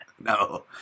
No